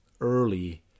early